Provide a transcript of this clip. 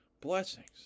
blessings